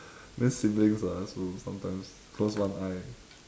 means siblings ah so sometimes close one eye